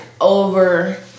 Over